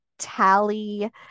tally